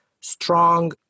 strong